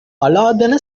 அலாதன